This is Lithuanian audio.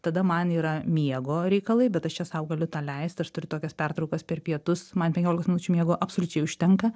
tada man yra miego reikalai bet aš čia sau galiu tą leist aš turiu tokias pertraukas per pietus man penkiolikos minučių miego absoliučiai užtenka